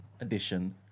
edition